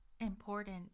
important